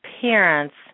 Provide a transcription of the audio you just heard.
parents